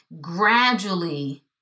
gradually